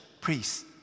priests